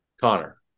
Connor